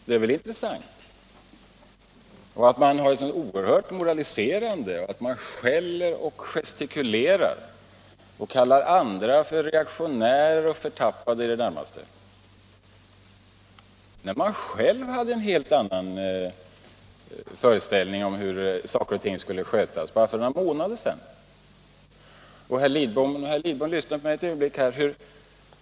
Det är intressant att man är så oerhört moraliserande att man skäller och gestikulerar och kallar andra för reaktionärer och i det närmaste förtappade, när man själv hade en helt annan föreställning om hur saker och ting skulle skötas för bara några månader sedan. Lyssna på mig här ett ögonblick, herr Lidbom!